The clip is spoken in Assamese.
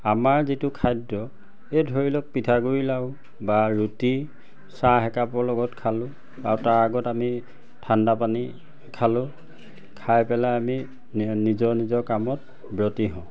আমাৰ যিটো খাদ্য এই ধৰি লওক পিঠাগুড়ি লাৰু বা ৰুটি চাহ একাপৰ লগত খালোঁ আৰু তাৰ আগত আমি ঠাণ্ডা পানী খালোঁ খাই পেলাই আমি নিজৰ নিজৰ কামত ব্ৰতি হওঁ